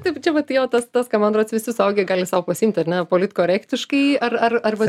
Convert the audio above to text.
taip čia vat jo tas tas ką man rods visi suaugę gali sau pasiimti ar ne politkorektiškai ar ar arba